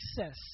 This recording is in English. access